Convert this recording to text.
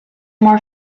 more